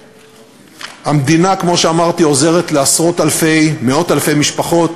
המדינה, כמו שאמרתי, עוזרת למאות-אלפי משפחות